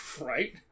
right